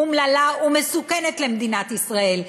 אומללה ומסוכנת למדינת ישראל,